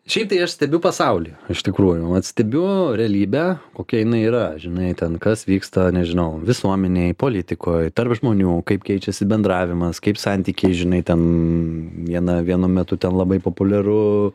šiaip tai aš stebiu pasaulį iš tikrųjų vat stebiu realybę kokia jinai yra žinai ten kas vyksta nežinau visuomenėj politikoj tarp žmonių kaip keičiasi bendravimas kaip santykiai žinai ten viena vienu metu ten labai populiaru